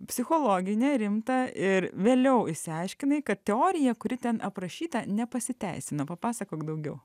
psichologinę rimtą ir vėliau išsiaiškinai kad teorija kuri ten aprašyta nepasiteisina papasakok daugiau